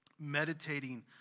meditating